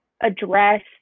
address